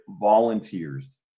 volunteers